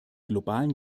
globalen